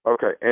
Okay